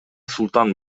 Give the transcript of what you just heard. султан